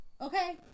Okay